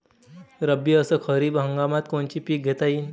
रब्बी अस खरीप हंगामात कोनचे पिकं घेता येईन?